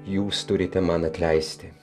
jūs turite man atleisti